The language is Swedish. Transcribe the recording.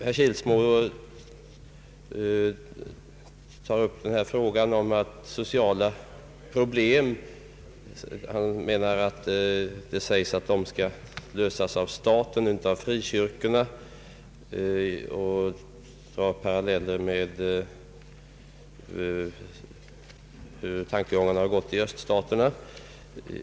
Herr Kilsmo tar upp frågan om sociala problem och menar att de skall lösas av staten och inte av frikyrkorna. Han drar paralleller med tankegångar i Öststaterna.